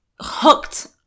hooked